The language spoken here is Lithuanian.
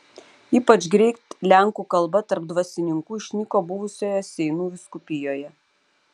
ypač greit lenkų kalba tarp dvasininkų išnyko buvusioje seinų vyskupijoje